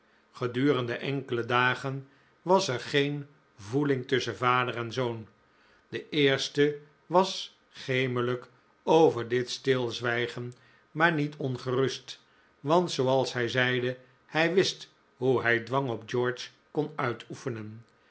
gedurende enkele dagen was er geen voeling tusschen vader en zoon de eerste was gemelijk over dit stilzwijgen maar niet ongerust want zooals hij zeide hij wist hoe hij dwang op george kon uitoefenen